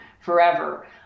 forever